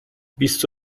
بیست